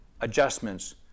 adjustments